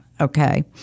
okay